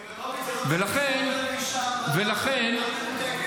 איך אתה אומר לאישה אלמנה: את מנותקת?